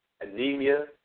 anemia